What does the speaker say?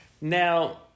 Now